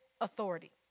authority